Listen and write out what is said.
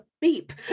beep